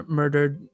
murdered